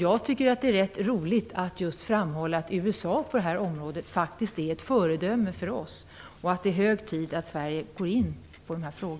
Det är rätt roligt att kunna framhålla att just USA på det här området är ett föredöme för oss. Det är hög tid för Sverige att gå in på detta.